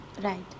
right